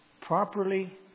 properly